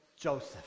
Joseph